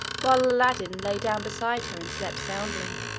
while aladdin lay down beside her and slept soundly.